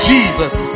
Jesus